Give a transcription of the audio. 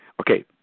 okay